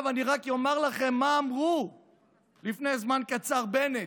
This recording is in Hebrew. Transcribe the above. אני רק אומר לכם מה אמר לפני זמן קצר בנט,